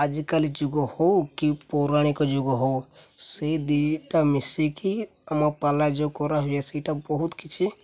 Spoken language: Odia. ଆଜିକାଲି ଯୁଗ ହଉ କି ପୌରାଣିକ ଯୁଗ ହଉ ସେଇ ଦୁଇଟା ମିଶିକି ଆମ ପାଲା ଯେଉଁ କରା ହୁଏ ସେଇଟା ବହୁତ କିଛି